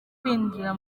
kwinjira